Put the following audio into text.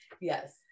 Yes